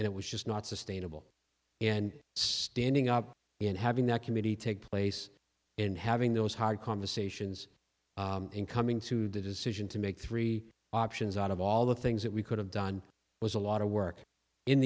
and it was just not sustainable and standing up and having that committee take place and having those hard conversations and coming to the decision to make three options out of all the things that we could have done was a lot of work in